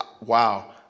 wow